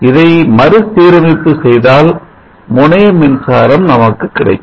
இதை மறுசீரமைப்பு செய்தால் முனையமின்சாரம் நமக்கு கிடைக்கும்